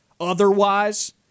otherwise